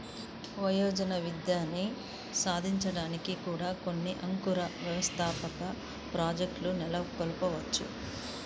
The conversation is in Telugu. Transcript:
వయోజన విద్యని సాధించడానికి కూడా కొన్ని అంకుర వ్యవస్థాపక ప్రాజెక్ట్లు నెలకొల్పవచ్చు